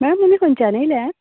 ma'am तुमी खंयच्यान येयल्या